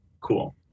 Cool